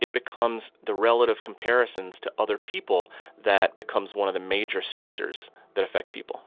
it becomes the relative comparisons to other people that becomes one of the major stressors that affect people